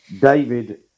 David